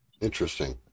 Interesting